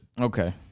Okay